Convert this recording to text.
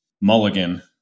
mulligan